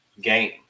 game